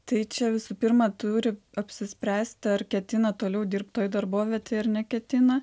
tai čia visų pirma turi apsispręsti ar ketina toliau dirbt toj darbovietėj ar neketina